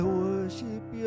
worship